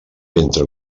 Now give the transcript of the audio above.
entre